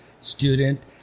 student